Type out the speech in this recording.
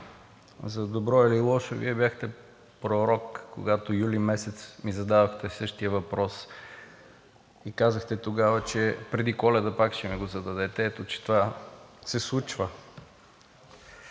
за добро или лошо Вие бяхте пророк, когато юли месец ми зададохте същия въпрос и казахте тогава, че преди Коледа пак ще ми го зададете – ето, че това се случва.